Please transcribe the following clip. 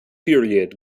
period